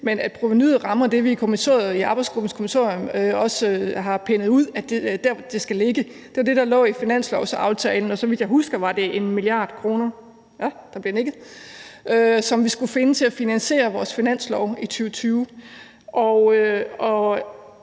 – at provenuet rammer det, vi i arbejdsgruppens kommissorium også har pindet ud er der, det skal ligge. Det var det, der lå i finanslovsaftalen, og så vidt jeg husker, var det 1 mia. kr. – der bliver nikket – som vi skulle finde til at finansiere vores finanslov i 2020.